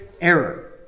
error